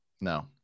No